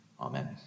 Amen